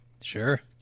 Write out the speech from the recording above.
Sure